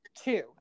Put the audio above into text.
two